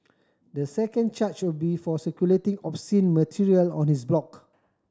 the second charge will be for circulating obscene material on his blog